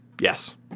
Yes